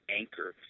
anchor